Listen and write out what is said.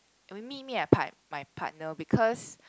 I mean me me and my partner because